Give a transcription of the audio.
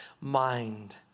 mind